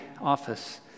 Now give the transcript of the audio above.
office